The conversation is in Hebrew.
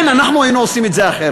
כן, אנחנו היינו עושים את זה אחרת.